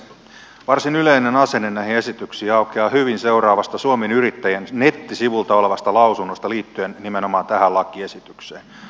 varsin yleinen asenne näihin esityksiin aukeaa hyvin seuraavasta suomen yrittäjien nettisivulta olevasta lausunnosta liittyen nimenomaan tähän lakiesitykseen